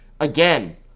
again